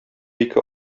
ике